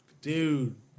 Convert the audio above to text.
Dude